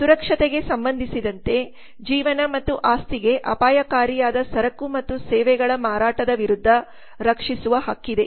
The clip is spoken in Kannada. ಸುರಕ್ಷತೆಗೆ ಸಂಬಂಧಿಸಿದಂತೆ ಜೀವನ ಮತ್ತು ಆಸ್ತಿಗೆ ಅಪಾಯಕಾರಿಯಾದ ಸರಕು ಮತ್ತು ಸೇವೆಗಳ ಮಾರಾಟದ ವಿರುದ್ಧ ರಕ್ಷಿಸುವ ಹಕ್ಕಿದೆ